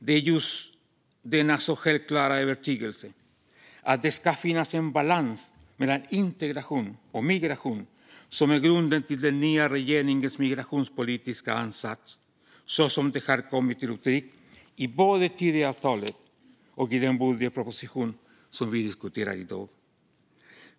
Det är just denna så självklara övertygelse, att det ska finnas en balans mellan integration och migration, som är grunden till den nya regeringens migrationspolitiska ansats så som den har kommit till uttryck i både Tidöavtalet och den budgetproposition som vi diskuterar i dag.